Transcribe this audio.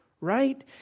right